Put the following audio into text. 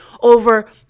over